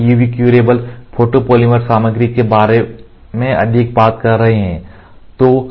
अब हम UV curable photopolymer सामग्री के बारे में अधिक बात कर रहे हैं